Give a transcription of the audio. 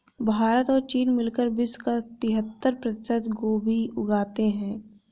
भारत और चीन मिलकर विश्व का तिहत्तर प्रतिशत गोभी उगाते हैं